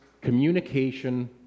communication